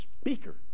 speaker